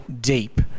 deep